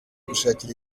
gushakira